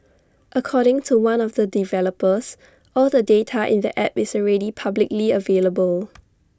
according to one of the developers all the data in the app is already publicly available